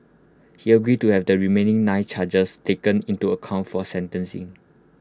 he agreed to have the remaining nine charges taken into account for sentencing